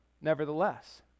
nevertheless